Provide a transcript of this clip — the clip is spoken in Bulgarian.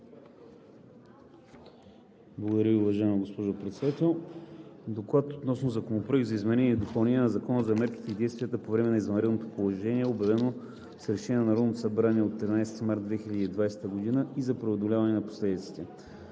Благодаря Ви, уважаема госпожо Председател. „ДОКЛАД относно Законопроект за изменение и допълнение на Закона за мерките и действията по време на извънредното положение, обявено с решение на Народното събрание от 13 март 2020 г., и за преодоляване на последиците,